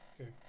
Okay